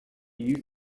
you